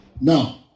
Now